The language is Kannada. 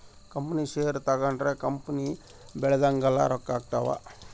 ಕಂಪನಿ ಷೇರು ತಗೊಂಡ್ರ ಕಂಪನಿ ಬೆಳ್ದಂಗೆಲ್ಲ ರೊಕ್ಕ ಆಗ್ತವ್